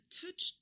touch